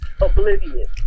oblivious